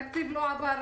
התקציב לא הועבר.